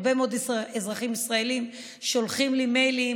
הרבה מאוד אזרחים ישראלים שולחים לי מיילים,